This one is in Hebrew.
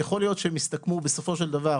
יכול להיות שהם יסתכמו בסופו של דבר